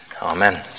amen